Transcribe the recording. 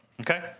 Okay